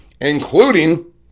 including